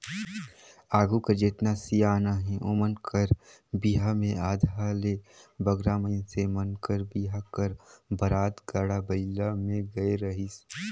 आघु कर जेतना सियान अहे ओमन कर बिहा मे आधा ले बगरा मइनसे मन कर बिहा कर बरात गाड़ा बइला मे गए रहिस